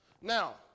Now